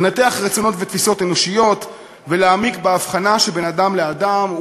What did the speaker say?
לנתח רצונות ותפיסות אנושיות ולהעמיק בהבחנה שבין אדם לאדם,